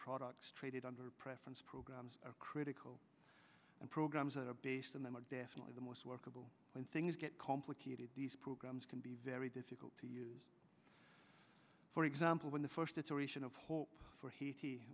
products traded under preference programs are critical and programs that are based on them are definitely the most workable when things get complicated these programs can be very difficult to use for example when the first iteration of hope for haiti